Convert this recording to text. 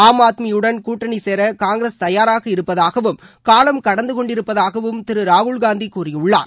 ஆம் ஆத்மியுடன் கூட்டணி காங்கிரஸ் சேர தயாராக இருப்பதாகவும் காலம் கடந்துகொண்டிருப்பதாகவும் திரு ராகுல்காந்தி கூறியுள்ளார்